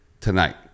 tonight